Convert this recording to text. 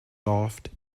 soft